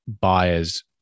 buyers